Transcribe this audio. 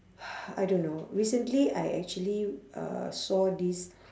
I don't know recently I actually uh saw this